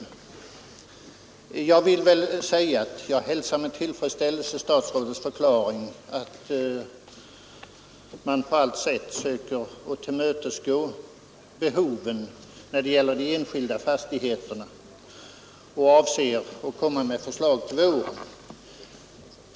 Jag vill väl säga att jag med tillfredsställelse hälsar statsrådets förklaring att man på allt sätt söker tillmötesgå behoven när det gäller de enskilda fastigheterna och att man avser komma med förslag till våren.